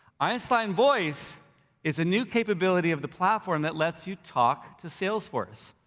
einstein voice is a new capability of the platform that lets you talk to salesforce.